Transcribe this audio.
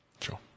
Sure